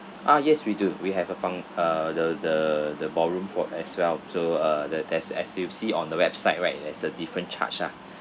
ah yes we do we have a func~ uh the the the ballroom fort as well so uh the as as you see on the website right there's a different charge ah